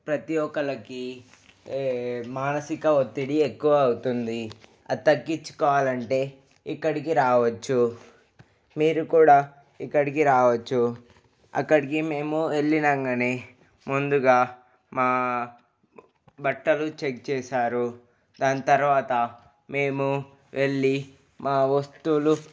ప్రతి ఒక్కళ్ళకి మానసిక ఒత్తిడి ఎక్కువ అవుతుంది అది తగ్గించుకోవాలంటే ఇక్కడికి రావచ్చు మీరు కూడా ఇక్కడికి రావచ్చు అక్కడికి మేము వెళ్లినంగనే ముందుగా మా బట్టలు చెక్ చేశారు దాని తర్వాత మేము వెళ్లి మా వస్తువులు